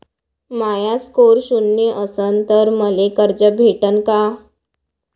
माया score शून्य असन तर मले कर्ज भेटन का?